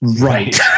right